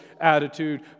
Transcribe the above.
attitude